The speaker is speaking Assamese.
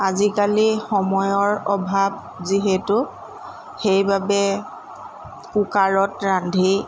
আজিকালি সময়ৰ অভাৱ যিহেতু সেইবাবে কুকাৰত ৰান্ধি